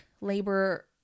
labor